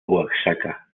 oaxaca